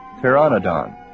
Pteranodon